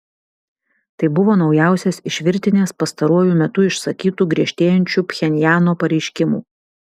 tai buvo naujausias iš virtinės pastaruoju metu išsakytų griežtėjančių pchenjano pareiškimų